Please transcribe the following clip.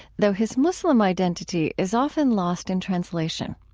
though his muslim identity is often lost in translation.